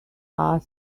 are